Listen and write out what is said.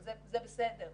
זה לא בסדר,